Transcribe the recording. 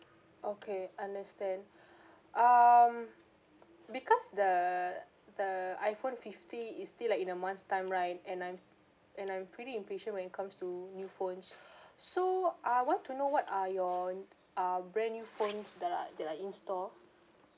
okay understand um because the the iphone fifty is still like in a month's time right and I'm and I'm pretty impatient when it comes to new phones so I want to know what are your ah brand new phones that are that are in store